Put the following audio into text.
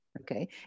okay